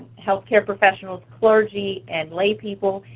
healthcare professionals, clergy, and laypeople.